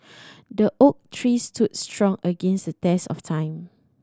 the oak tree stood strong against the test of time